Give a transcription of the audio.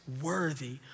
worthy